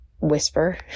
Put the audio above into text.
whisper